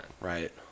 Right